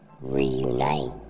Reunite